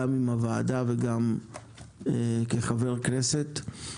גם עם הוועדה וגם כחבר כנסת.